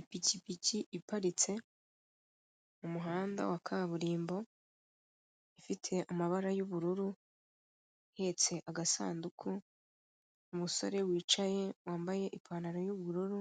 Ipikipiki iparitse mu muhanda wa kaburimbo ifite amabara y'ubururu ihetse agasanduku umusore wicaye wambaye ipantaro y'ubururu